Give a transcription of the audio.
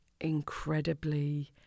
incredibly